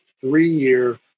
three-year